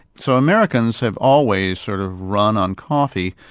so americans have always sort of run on coffee,